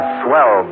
swell